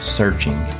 searching